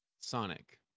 sonic